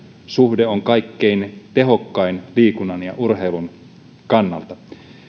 suhde on kaikkein tehokkain liikunnan ja urheilun kannalta